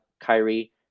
Kyrie